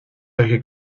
solche